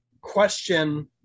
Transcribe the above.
question